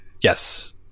Yes